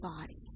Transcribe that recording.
body